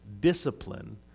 discipline